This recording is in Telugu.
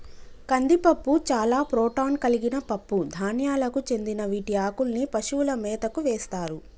కందిపప్పు చాలా ప్రోటాన్ కలిగిన పప్పు ధాన్యాలకు చెందిన వీటి ఆకుల్ని పశువుల మేతకు వేస్తారు